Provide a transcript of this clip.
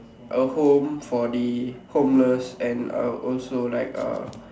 a home for the homeless and uh also like a